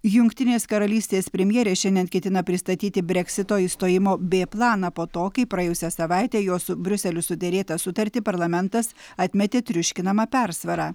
jungtinės karalystės premjerė šiandien ketina pristatyti breksito išstojimo b planą po to kai praėjusią savaitę jos su briuseliu suderėtą sutartį parlamentas atmetė triuškinama persvara